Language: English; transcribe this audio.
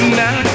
now